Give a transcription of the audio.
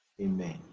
Amen